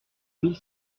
mille